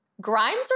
Grimes